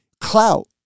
clout